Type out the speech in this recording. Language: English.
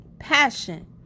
Passion